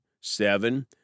Seven